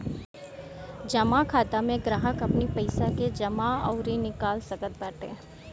जमा खाता में ग्राहक अपनी पईसा के जमा अउरी निकाल सकत बाटे